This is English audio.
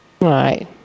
Right